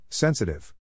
Sensitive